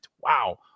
Wow